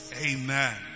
Amen